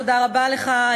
תודה רבה לך,